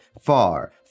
far